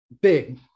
big